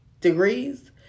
degrees